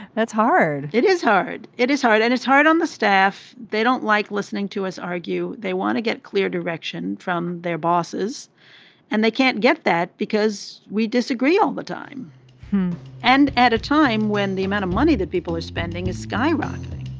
that's hard. it is hard it is hard and it's hard on the staff they don't like listening to us argue. they want to get clear direction from their bosses and they can't get that because we disagree all the time and at a time when the amount of money that people are spending is skyrocketing.